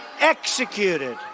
executed